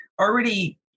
already